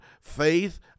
Faith